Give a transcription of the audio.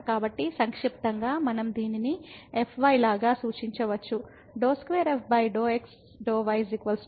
కాబట్టి సంక్షిప్తంగా మనం దీనిని fy లాగా సూచించవచ్చు